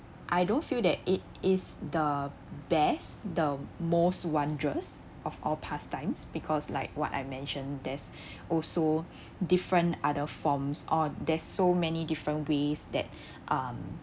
I don't feel that it is the best the most wondrous of all pastimes because like what I mentioned there's also different other forms or there's so many different ways that um